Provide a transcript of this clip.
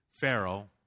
Pharaoh